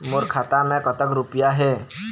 मोर खाता मैं कतक रुपया हे?